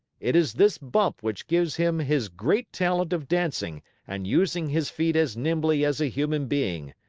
it is this bump which gives him his great talent of dancing and using his feet as nimbly as a human being.